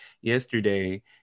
yesterday